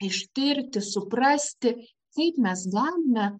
ištirti suprasti kaip mes galime